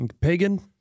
Pagan